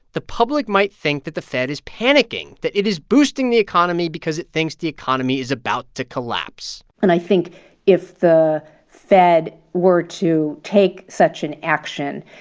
the public might think that the fed is panicking, that it is boosting the economy because it thinks the economy is about to collapse and i think if the fed were to take such an action,